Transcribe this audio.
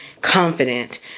confident